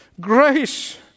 Grace